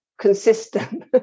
consistent